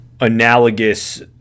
analogous